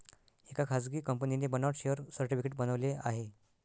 एका खासगी कंपनीने बनावट शेअर सर्टिफिकेट बनवले आहे